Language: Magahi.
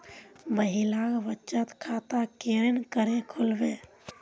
महिला बचत खाता केरीन करें खुलबे